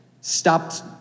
stopped